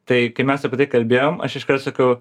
tai kai mes apie tai kalbėjom aš iškart sakiau